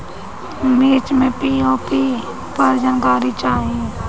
मिर्च मे पी.ओ.पी पर जानकारी चाही?